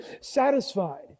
satisfied